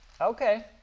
Okay